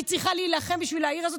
אני צריכה להילחם בשביל העיר הזאת?